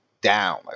down